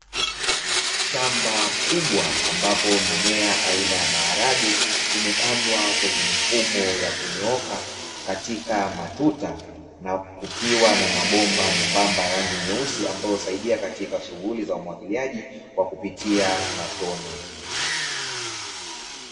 Shamba kubwa ambapo mimea aina ya maharage imepandwa kwenye mifumo ya kunyooka katika matuta na kukiwa na mabomba myembamba ya rangi nyeusi ambayo husaidia kwenye shughuli za umwagiliaji kwa kupitia matone.